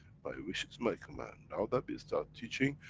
my wish is my command, now that we start teaching,